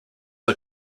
are